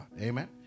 Amen